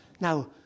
Now